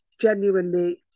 genuinely